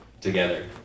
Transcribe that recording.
together